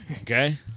Okay